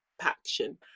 action